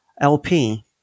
LP